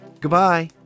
Goodbye